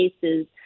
cases